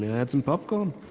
hangs and up. goodness